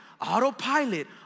autopilot